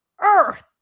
earth